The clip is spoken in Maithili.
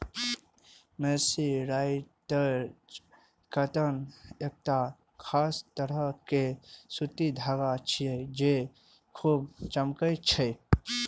मर्सराइज्ड कॉटन एकटा खास तरह के सूती धागा छियै, जे खूब चमकै छै